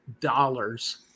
dollars